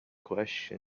question